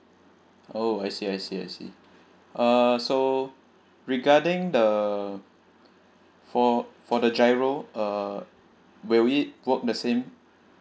oh I see I see I see uh so regarding the for for the GIRO uh will it work the same